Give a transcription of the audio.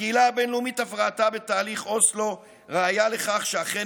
הקהילה הבין-לאומית אף ראתה בתהליך אוסלו ראיה לכך שאכן